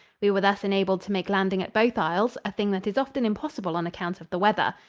we were thus enabled to make landing at both isles, a thing that is often impossible on account of the weather.